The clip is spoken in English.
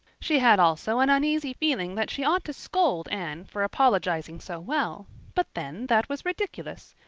she had also an uneasy feeling that she ought to scold anne for apologizing so well but then, that was ridiculous!